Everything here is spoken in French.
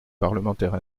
parlementaires